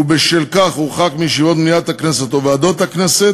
ובשל כך הורחק מישיבות מליאת הכנסת או ועדות הכנסת,